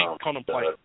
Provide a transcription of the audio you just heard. contemplate